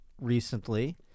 recently